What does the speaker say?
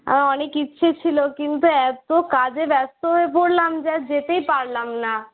আমার অনেক ইচ্ছে ছিলো কিন্তু এত কাজে ব্যস্ত হয়ে পড়লাম যে আর যেতেই পারলাম না